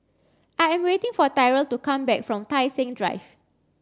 I am waiting for Tyrell to come back from Tai Seng Drive